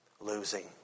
losing